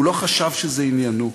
הוא לא חשב שזה עניינו.